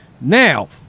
Now